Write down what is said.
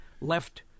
left